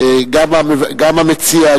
גם המציע,